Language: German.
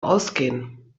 ausgehen